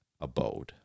abode